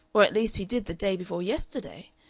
or at least he did the day before yesterday.